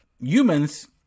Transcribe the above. Humans